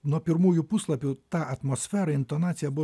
nuo pirmųjų puslapių ta atmosfera intonacija buvo